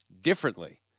differently